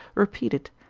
repeat it,